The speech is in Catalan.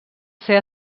ser